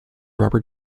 rubber